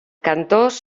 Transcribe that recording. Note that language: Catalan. cantors